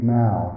now